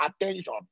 attention